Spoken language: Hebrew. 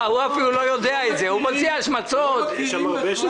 התלמידים כבר לא בבית הספר, אבל יש עשרות אנשי